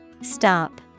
Stop